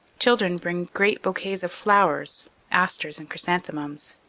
children bring great bouquets of flowers, asters and chrysanthemums.